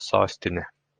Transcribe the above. sostinė